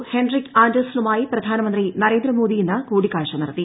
Heinrich ആൻഡേഴ്സണുമായി പ്രധാനമന്ത്രി നരേന്ദ്രമോദി ഇന്ന് കൂടിക്കാഴ്ച നടത്തി